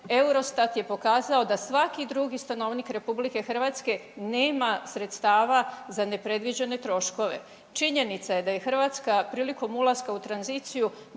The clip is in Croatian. Eurostat je pokazao da svaki drugi stanovnik RH nema sredstava za nepredviđene troškove. Činjenica je da je Hrvatska prilikom ulaska u tranziciju